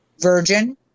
Virgin